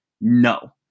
No